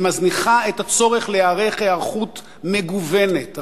היא מזניחה את הצורך להיערך היערכות מגוּונת,